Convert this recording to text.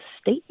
State